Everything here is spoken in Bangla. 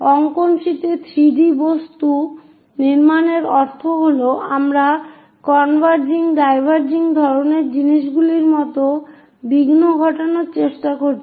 অঙ্কন শীটে 3 ডি বস্তু নির্মাণের অর্থ হল আমরা কনভার্জিং ডাইভারজিং ধরণের জিনিসগুলির মতো বিঘ্ন ঘটানোর চেষ্টা করছি